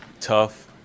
Tough